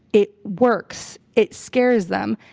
it works. it scares them,